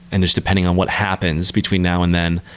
and it's depending on what happens between now and then.